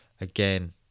Again